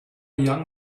young